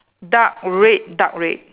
dark red dark red